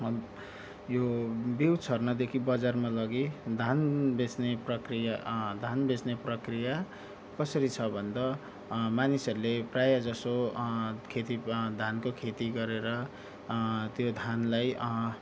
यो बिउ छर्नदेखि बजारमा लगी धान बेच्ने प्रक्रिया धान बेच्ने प्रक्रिया कसरी छ भन्दा मानिसहरूले प्रायःजसो खेती धानको खेती गरेर त्यो धानलाई